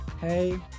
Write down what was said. Hey